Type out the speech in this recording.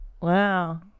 wow